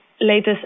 latest